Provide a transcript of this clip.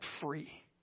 free